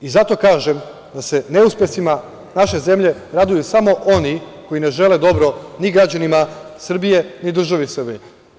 Zato kažem da se neuspesima naše zemlje raduju samo oni koji ne žele dobro ni građanima Srbije, ni državi Srbiji.